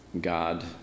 God